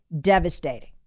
devastating